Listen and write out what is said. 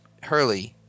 Hurley